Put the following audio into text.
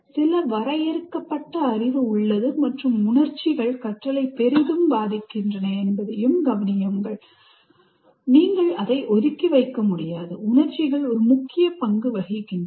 சில வரையறுக்கப்பட்ட அறிவு உள்ளது மற்றும் உணர்ச்சிகள் கற்றலை பெரிதும் பாதிக்கின்றன என்பதையும் கவனியுங்கள் நீங்கள் அதை ஒதுக்கி வைக்க முடியாது உணர்ச்சிகள் ஒரு முக்கிய பங்கு வகிக்கின்றன